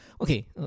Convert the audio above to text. Okay